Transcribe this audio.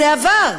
זה עבר.